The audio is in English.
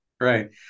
right